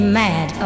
mad